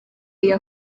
iyo